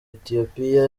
etiyopiya